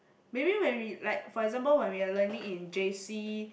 maybe when we like for example when we are learning in J_C